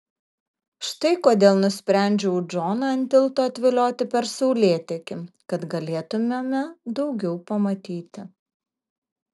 štai kodėl nusprendžiau džoną ant tilto atvilioti per saulėtekį kad galėtumėme daugiau pamatyti